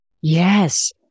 Yes